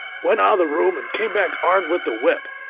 went out of the room and came back armed with the whip.